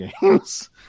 games